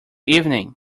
evening